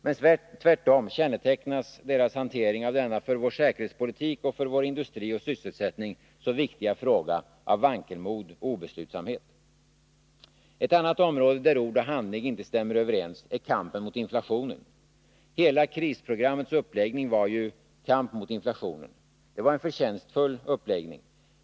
Men tvärtom kännetecknas deras hantering av denna för vår säkerhetspolitik och för vår industri och sysselsättning så viktiga fråga av vankelmod och obeslutsamhet. Ett annat område där ord och handling inte stämmer överens är kampen mot inflationen. Hela krisprogrammets uppläggning gick ju ut på kamp mot inflationen. Det var en förtjänstfull uppläggning.